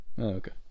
okay